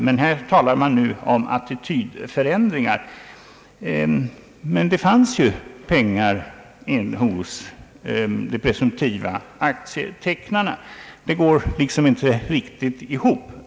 Det fanns ju pengar hos de presumtiva aktietecknarna. Resonemanget går inte riktigt ibop.